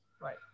Right